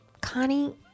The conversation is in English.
Connie